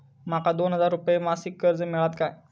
माका दोन हजार रुपये मासिक कर्ज मिळात काय?